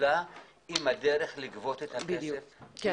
השאלה היא אם הדרך לגבות את הכסף היא